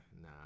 nah